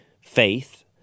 faith